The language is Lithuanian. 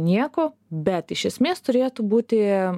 nieko bet iš esmės turėtų būti